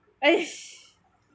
!hais!